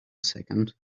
second